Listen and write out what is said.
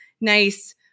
nice